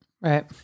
Right